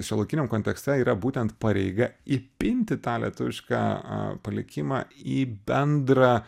šiuolaikiniam kontekste yra būtent pareiga įpinti tą lietuvišką a palikimą į bendrą